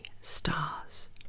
stars